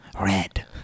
Red